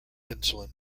insulin